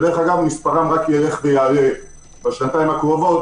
אגב, מספרם רק ילך וייערם בשנתיים הקרובות